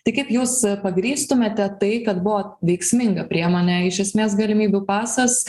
tai kaip jūs pagrįstumėte tai kad buvo veiksminga priemonė iš esmės galimybių pasas